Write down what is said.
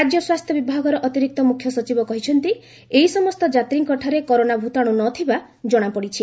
ରାଜ୍ୟ ସ୍ୱାସ୍ଥ୍ୟ ବିଭାଗର ଅତିରିକ୍ତ ମୁଖ୍ୟ ସଚିବ କହିଛନ୍ତି ଏହି ସମସ୍ତ ଯାତ୍ରୀଙ୍କଠାରେ କରୋନା ଭୂତାଣୁ ନ ଥିବା ଜଣାପଡ଼ିଛି